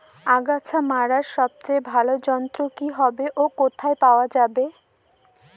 আগাছা মারার সবচেয়ে ভালো যন্ত্র কি হবে ও কোথায় পাওয়া যাবে?